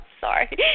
sorry